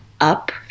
up